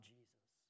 Jesus